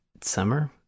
Summer